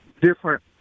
different